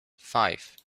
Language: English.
five